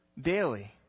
Daily